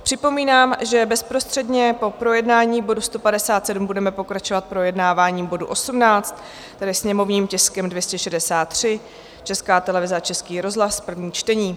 Připomínám, že bezprostředně po projednání bodu 157 budeme pokračovat projednáváním bodu 18, tedy sněmovním tiskem 263, Česká televize a Český rozhlas, první čtení.